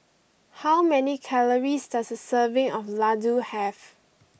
how many calories does a serving of laddu have